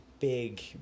Big